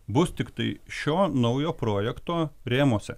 bus tiktai šio naujo projekto rėmuose